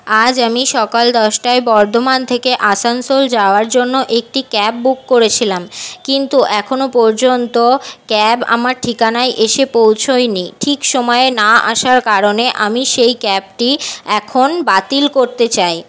আজ আমি সকাল দশটায় বর্ধমান থেকে আসানসোল যাওয়ার জন্য একটি ক্যাব বুক করেছিলাম কিন্তু এখনো পর্যন্ত ক্যাব আমার ঠিকানায় এসে পৌঁছোয়নি ঠিক সময়ে না আসার কারণে আমি সেই ক্যাবটি এখন বাতিল করতে চাই